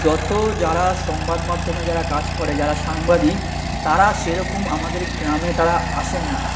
যত যারা সংবাদমাধ্যমে যারা কাজ করে যারা সাংবাদিক তারা সেরকম আমাদের গ্রামে তারা আসেন না